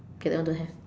okay that one don't have